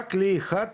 ורק לאחד